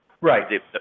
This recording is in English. Right